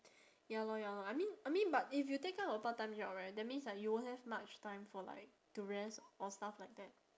ya lor ya lor I mean I mean but if you take up a part time job right that means like you won't have much time for like to rest or stuff like that